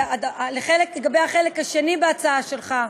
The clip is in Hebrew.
לגבי החלק השני בהצעה שלך,